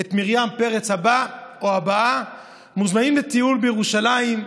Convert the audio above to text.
את מרים פרץ הבא או הבאה מוזמנים לטיול בירושלים,